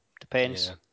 Depends